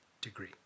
degree